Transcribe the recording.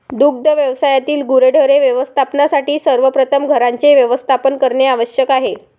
दुग्ध व्यवसायातील गुरेढोरे व्यवस्थापनासाठी सर्वप्रथम घरांचे व्यवस्थापन करणे आवश्यक आहे